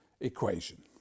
equation